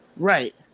Right